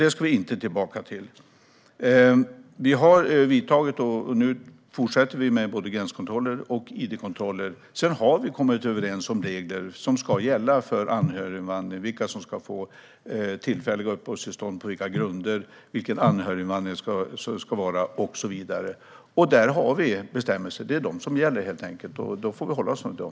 Vi ska inte tillbaka dit. Nu fortsätter både gränskontroller och id-kontroller. Sedan har vi kommit överens om regler som ska gälla för anhöriginvandring, grunderna för tillfälliga uppehållstillstånd och så vidare. De bestämmelser som finns gäller. Vi får hålla oss till dem.